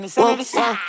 whoa